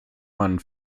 man